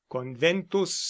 conventus